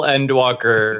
Endwalker